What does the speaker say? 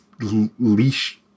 leash